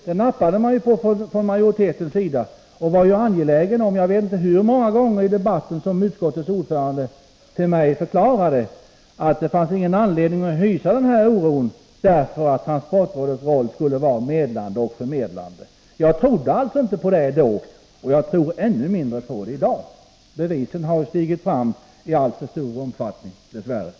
Det nappade man också på från majoritetens sida. Jag vet inte hur många gånger utskottets ordförande för mig förklarade att det inte fanns någon anledning att hysa oro, eftersom transportrådets roll skulle vara medlande och förmedlande. Jag trodde alltså inte då på detta, och jag tror ännu mindre på det i dag. Bevis för att denna misstro är berättigad har dess värre i alltför stor omfattning kommit fram.